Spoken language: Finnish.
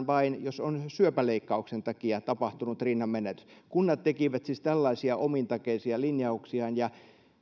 vain jos on syöpäleikkauksen takia tapahtunut rinnanmenetys kunnat tekivät siis tällaisia omintakeisia linjauksiaan